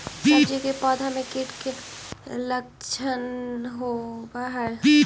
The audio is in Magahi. सब्जी के पौधो मे कीट के लच्छन होबहय?